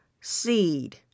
seed